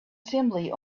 simply